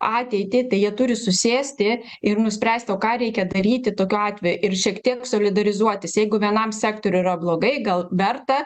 ateitį tai jie turi susėsti ir nuspręsti o ką reikia daryti tokiu atveju ir šiek tiek solidarizuotis jeigu vienam sektoriui yra blogai gal verta